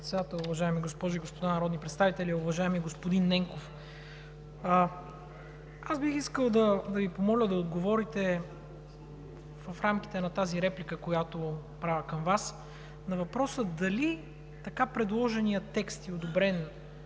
Уважаеми госпожи и господа народни представители! Уважаеми господин Ненков, аз бих искал да Ви помоля да отговорите в рамките на тази реплика, която правя към Вас, на въпроса: дали така предложеният текст и подкрепен